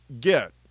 get